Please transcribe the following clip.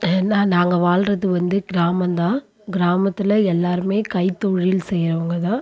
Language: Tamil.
ஏன்னா நாங்கள் வாழ்றது வந்து கிராமம் தான் கிராமத்தில் எல்லோருமே கைத்தொழில் செய்கிறவங்க தான்